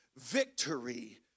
victory